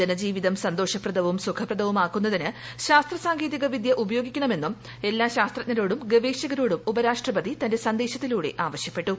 ജനജീവിതം സന്തോഷപ്രദവും സുഖപ്രദവുമാക്കുന്നതിന് ശാസ്ത്ര സാങ്കേതിക വിദ്യ ഉപയോഗിക്കണമെന്നും എല്ലാ ശാസ്ത്രജ്ഞരോടും ഗവേഷകരോടും ഉപരാഷ്ട്രപതി തന്റെ സന്ദേശത്തിലൂടെ ആവശ്യപ്പെട്ടു